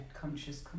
conscious